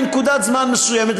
מנקודת זמן מסוימת,